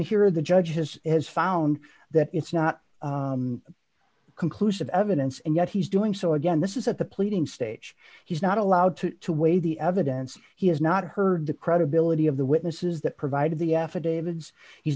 or the judge has found that it's not conclusive evidence and yet he's doing so again this is at the pleading stage he's not allowed to weigh the evidence he has not heard the credibility of the witnesses that provided the